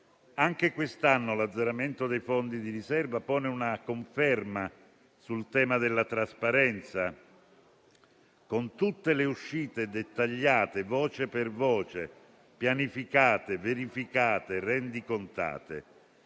Anche quest'anno l'azzeramento dei fondi di riserva pone una conferma sul tema della trasparenza, con tutte le uscite dettagliate voce per voce, pianificate, verificate, rendicontate.